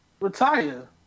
retire